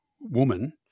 woman